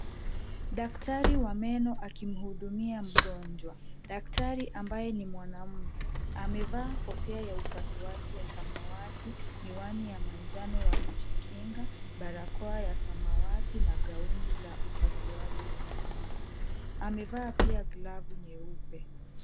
Daktari wa meno aki mhudumia mgonjwa. Daktari ambaye ni mwanamume amevaa kofia ya upasuaji ya samawati miwani ya manjano ya kujikinga, barakoa ya samawati na gauni la upasuaji la samawati. Amevaa pia glavu nyeupe.